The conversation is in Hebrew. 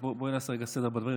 אז בואי נעשה רגע סדר בדברים,